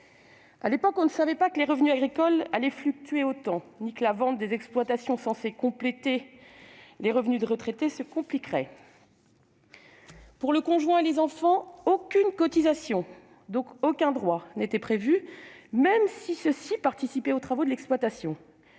À l'époque, on ne savait pas que les revenus agricoles allaient fluctuer autant ni que la vente des exploitations, censée compléter les revenus des retraités, se compliquerait. Pour le conjoint et les enfants, aucune cotisation- donc aucun droit -n'était prévue, même si ceux-ci participaient aux travaux de l'exploitation